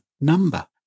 number